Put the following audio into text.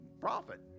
profit